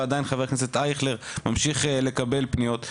ועדיין חה"כ אייכלר ממשיך לקבל פניות.